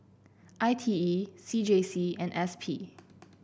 I T E C J C and S P